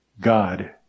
God